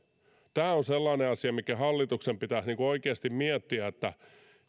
tämä on sellainen asia mikä hallituksen pitäisi oikeasti miettiä että